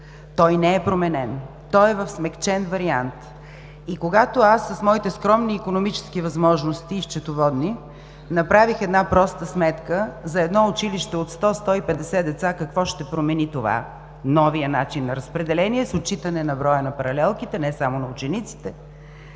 Той не е променен, а е в смекчен вариант. Когато с моите скромни икономически и счетоводни възможности направих една проста сметка: за училище от 100 – 150 деца какво ще промени новият начин на разпределение с отчитане на броя на паралелките, не само на учениците,